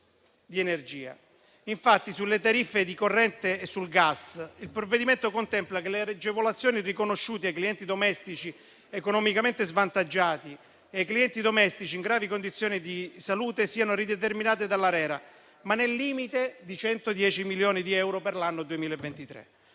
dell'energia. Infatti, sulle tariffe di corrente e gas, il provvedimento contempla che le agevolazioni riconosciute ai clienti domestici economicamente svantaggiati e ai clienti domestici in gravi condizioni di salute siano rideterminate dall'ARERA, ma nel limite di 110 milioni di euro per l'anno 2023.